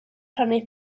prynu